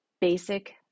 basic